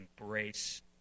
embrace